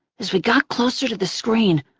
as we got closer to the screen,